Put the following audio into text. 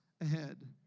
ahead